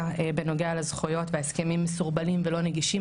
בנוגע למיצוי זכויות והסכמים מסורבלים ולא נגישים.